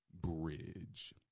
BRIDGE